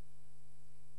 אם אם כך, תם סדר-היום.